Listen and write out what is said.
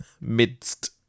Midst